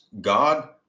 God